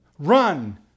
Run